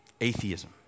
atheism